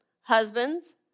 husbands